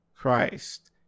Christ